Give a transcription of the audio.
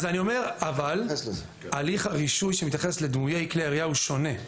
אז אני אומר - אבל הליך הרישוי שמתייחס לדמויי כלי ירייה הוא שונה.